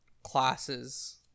classes